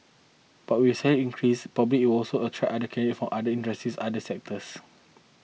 but with the salary increase probably it will also attract candidate from other industries other sectors